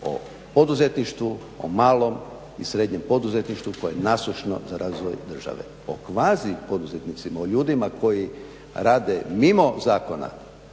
o poduzetništvu, o malom i srednjem poduzetništvu koje je … za razvoj države. O kvazi poduzetnicima, o ljudima koji rade mimo zakona,